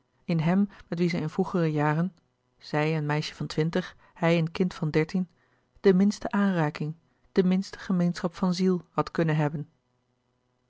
in hem met wien zij in vroegere jaren zij een meisje van twintig hij een kind van dertien de minste aanraking de minste gemeenschap van ziel had kunnen hebben